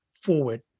forward